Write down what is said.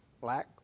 black